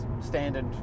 standard